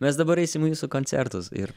mes dabar eisim į jūsų koncertus ir